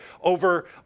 over